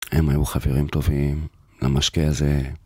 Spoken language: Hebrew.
הם היו חברים טובים למשקה הזה.